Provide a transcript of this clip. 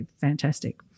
fantastic